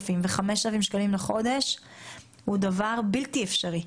ו-5,000 שקלים לחודש הוא דבר בלתי אפשרי,